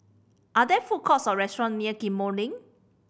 are there food courts or restaurants near Ghim Moh Link